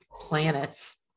planets